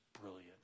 brilliant